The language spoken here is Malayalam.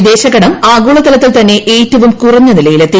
വിദേശകടം ആഗോളതലത്തിൽ തന്നെ ഏറ്റവും കുറഞ്ഞ നിലയിലെത്തി